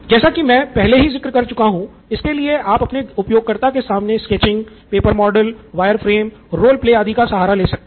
जैसा की मैं पहले ज़िक्र कर रहा था इसके लिए आप अपने उपयोगकर्ता के सामने sketching paper model wireframe role play आदि का सहारा ले सकते हैं